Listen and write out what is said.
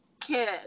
kid